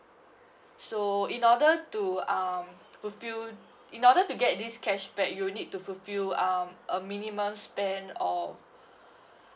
so in order to um fulfil in order to get this cashback you'll need to fulfil um a minimum spend of